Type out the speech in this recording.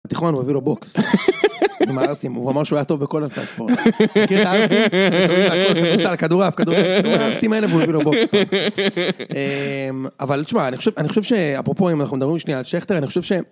התיכון הוא הביא לו בוקס עם הערסים, הוא אמר שהוא היה טוב בכל ענפי הספורט. מכיר את הערסים? מכיר את הכל הכדורסל, כדורעף, כדורגל. מכיר את הערסים האלה והוא הביא לו בוקס. אבל תשמע, אני חושב שאפרופו אם אנחנו מדברים שנייה על שכטר, אני חושב ש...